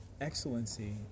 Excellency